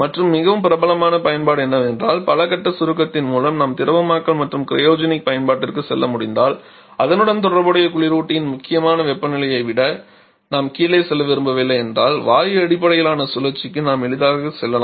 மற்றொரு மிகவும் பிரபலமான பயன்பாடு என்னவென்றால் பல கட்ட சுருக்கத்தின் மூலம் நாம் திரவமாக்கல் மற்றும் கிரையோஜெனிக் பயன்பாட்டிற்கு செல்ல முடிந்தால் அதனுடன் தொடர்புடைய குளிரூட்டியின் முக்கியமான வெப்பநிலையை விட நாம் கீழே செல்ல விரும்பவில்லை என்றால் வாயு அடிப்படையிலான சுழற்சிக்கு நாம் எளிதாக செல்லலாம்